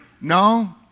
no